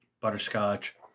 butterscotch